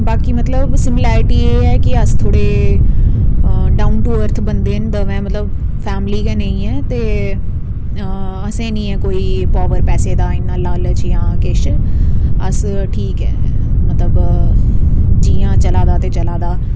बाकी मतलब सिमिलैरिटी एह् ऐ कि अस थोह्डे़ डाउन टू अर्थ बंदे न दमें मतलब फैमली गै नेईं ऐ ते असें नेईं ऐ कोई पावर पैसे दा इन्ना लालच जां किश अस ठीक ऐ मतलब जि'यां चलै दा ते चलै दा